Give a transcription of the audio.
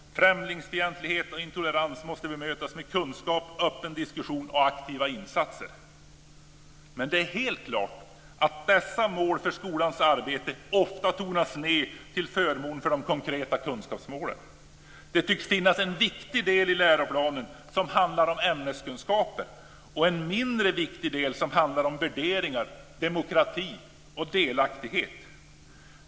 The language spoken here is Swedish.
Främlingsfientlighet och intolerans måste bemötas med kunskap, öppen diskussion och aktiva insatser." Men det är helt klart att dessa mål för skolans arbete ofta tonas ned till förmån för de konkreta kunskapsmålen. Det tycks finnas en viktig del i läroplanen som handlar om ämneskunskaper och en mindre viktig del som handlar om värderingar, demokrati och delaktighet.